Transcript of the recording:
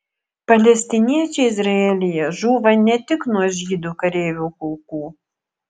palestiniečiai izraelyje žūva ne tik nuo žydų kareivių kulkų